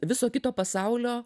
viso kito pasaulio